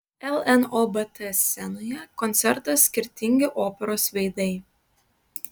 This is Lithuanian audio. lnobt scenoje koncertas skirtingi operos veidai